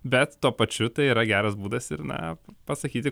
bet tuo pačiu tai yra geras būdas ir na pasakyti